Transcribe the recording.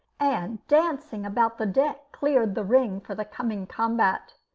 and dancing about the deck, cleared the ring for the coming combat.